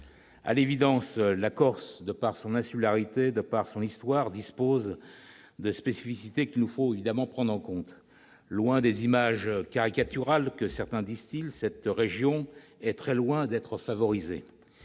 26 janvier dernier. Par son insularité, par son histoire, la Corse dispose de spécificités, qu'il nous faut évidemment prendre en compte. Loin des images caricaturales que certains distillent, cette région est très loin d'être favorisée.